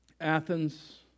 Athens